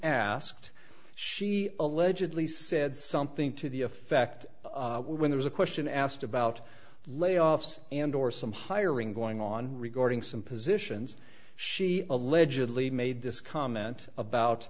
asked she allegedly said something to the effect when there's a question asked about layoffs and or some hiring going on regarding some positions she allegedly made this comment about